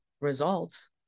results